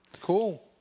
Cool